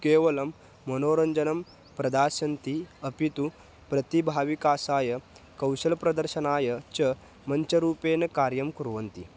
केवलं मनोरञ्जनं प्रदास्यन्ति अपि तु प्रतिभा विकासाय कौशलप्रदर्शनाय च मञ्चरूपेण कार्यं कुर्वन्ति